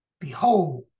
Behold